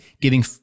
giving